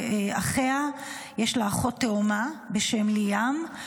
יש לה אחות תאומה בשם ליאם,